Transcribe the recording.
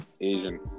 Asian